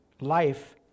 life